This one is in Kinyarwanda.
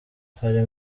hari